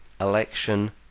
election